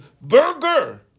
burger